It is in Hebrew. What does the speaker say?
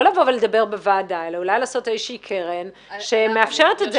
לא לבוא ולדבר בוועדה אלא אולי לעשות איזושהי קרן שמאפשרת את זה.